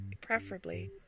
preferably